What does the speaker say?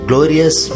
Glorious